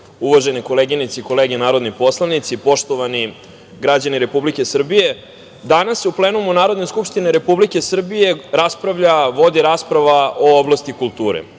uvažene koleginice i kolege poslanici, poštovani građani Republike Srbije, danas u plenumu Narodne skupštine Republike Srbije raspravlja se, vodi rasprava o oblasti kulture.